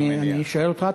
אני שואל אותך,